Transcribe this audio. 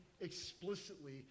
explicitly